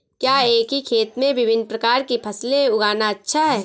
क्या एक ही खेत में विभिन्न प्रकार की फसलें उगाना अच्छा है?